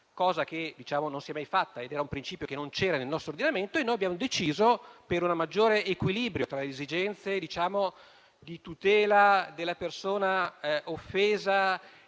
Questo non si è mai fatto ed era un principio che non c'era nel nostro ordinamento. Ebbene, per un maggiore equilibrio tra le esigenze di tutela della persona offesa e le